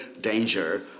danger